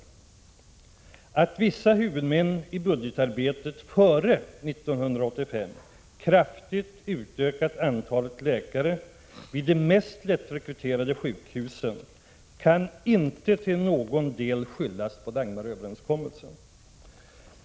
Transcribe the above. Att 12 november 1986 vissa huvudmän i budgetarbetet före 1985 kraftigt utökat antalet läkare vidde = Jm. oo sa sjukhus som har lättast att rekrytera kan inte till någon del skyllas på Dagmaröverenskommelsen.